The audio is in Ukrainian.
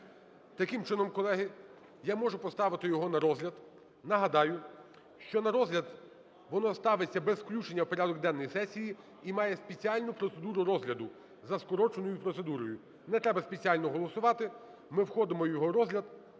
Таким чином, колеги, я можу поставити його на розгляд. Нагадаю, що на розгляд воно ставиться без включення в порядок денний сесії і має спеціальну процедуру розгляду: за скороченою процедурою. Не треба спеціально голосувати, ми входимо в його розгляд